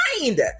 mind